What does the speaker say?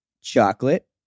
chocolate